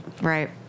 Right